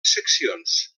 seccions